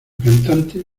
cantante